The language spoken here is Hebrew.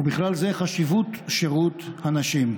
ובכלל זה חשיבות שירות הנשים.